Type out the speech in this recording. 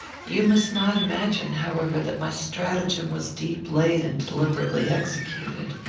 you must not imagine, however, that my stratagem was deep-laid and deliberately executed.